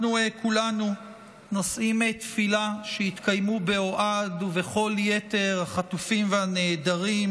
אנחנו כולנו נושאים תפילה שיתקיימו באוהד ובכל יתר החטופים והנעדרים